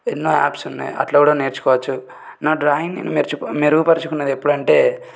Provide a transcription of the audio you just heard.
ఎన్నో యాప్స్ ఉన్నాయి అట్లా కూడా నేర్చుకోవచ్చు నా డ్రాయింగ్ని నేను మెరుచు మెరుగుపరుచుకున్నది ఎప్పుడు అంటే